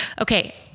okay